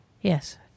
Yes